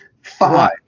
Five